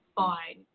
fine